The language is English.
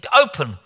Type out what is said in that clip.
open